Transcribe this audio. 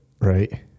Right